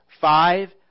five